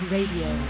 Radio